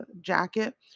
jacket